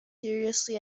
seriously